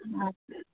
अच्छा